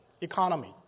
economy